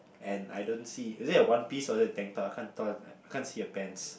and I don't see is it a one piece or is it a tank top I can't tell I can't see the pants